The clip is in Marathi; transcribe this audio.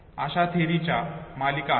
अशा थेअरी च्या मालिका आहेत